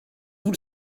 vous